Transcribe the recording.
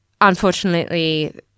unfortunately